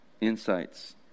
insights